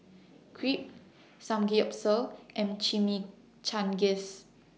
Crepe Samgeyopsal and Chimichangas